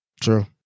True